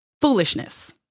foolishness